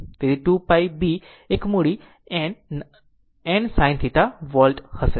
તેથી તે 2 π B એક મૂડી N નાના n sin θ વોલ્ટ માં જમણી હશે